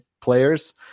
players